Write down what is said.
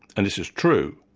and this is true.